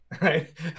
right